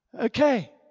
Okay